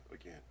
again